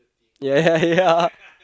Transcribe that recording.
ya ya ya